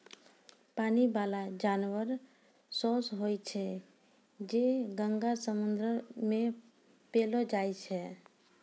पानी बाला जानवर सोस होय छै जे गंगा, समुन्द्र मे पैलो जाय छै